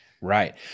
Right